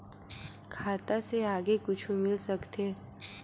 खाता से आगे कुछु मिल सकथे?